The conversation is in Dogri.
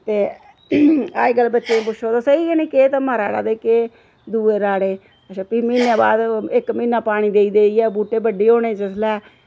ते अज्जकल बच्चें गी पुच्छो ते सेही गै नी केह् धम्मां राह्ड़ा ते केह् दुए राह्ड़े अच्छा फ्ही म्हीने बाद इक म्हीना पानी देई देइयै बूह्टे बड्डे होने जिसलै